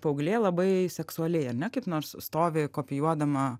paauglė labai seksualiai ar ne kaip nors stovi kopijuodama